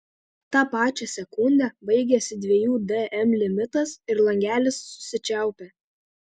tą pačią sekundę baigiasi dviejų dm limitas ir langelis susičiaupia